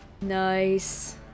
Nice